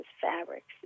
fabrics